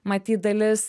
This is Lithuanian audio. matyt dalis